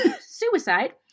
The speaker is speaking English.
suicide